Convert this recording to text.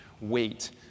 weight